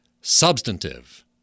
Substantive